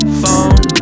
phone